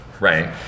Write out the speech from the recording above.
Right